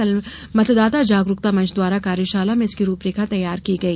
कल मतदाता जागरूकता मंच द्वारा कार्यशाला में इसकी रूपरेखा तैयार की गई